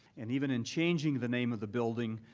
and even in changing the name of the building,